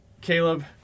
Caleb